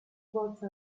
svolse